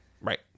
Right